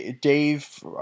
Dave